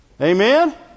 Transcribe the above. Amen